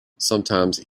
sometimes